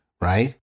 right